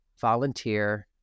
volunteer